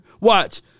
watch